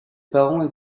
parents